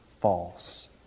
false